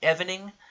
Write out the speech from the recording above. evening